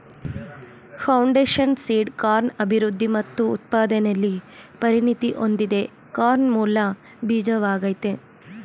foundation seed corn ಅಭಿವೃದ್ಧಿ ಮತ್ತು ಉತ್ಪಾದನೆಲಿ ಪರಿಣತಿ ಹೊಂದಿದೆ ಕಾರ್ನ್ ಮೂಲ ಬೀಜವಾಗಯ್ತೆ